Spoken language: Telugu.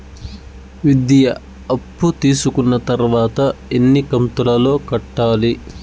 విద్య అప్పు తీసుకున్న తర్వాత ఎన్ని కంతుల లో కట్టాలి?